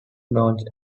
launched